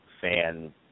fan